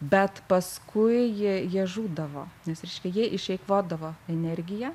bet paskui jie jie žūdavo nes reiškia jie išeikvodavo energiją